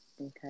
Okay